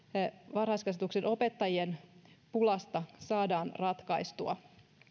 varhaiskasvatuksen opettajien pulasta saadaan ratkaistua